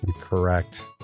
Correct